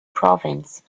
province